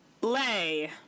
Lay